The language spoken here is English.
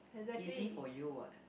easy for you what